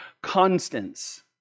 constants